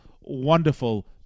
wonderful